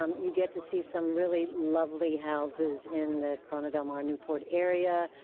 um you get to see some really lovely houses in the corona del mar newport area.